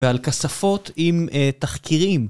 ועל כספות עם תחקירים.